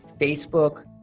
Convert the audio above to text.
Facebook